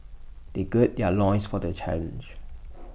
they gird their loins for the challenge